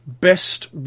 best